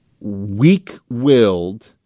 weak-willed